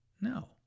No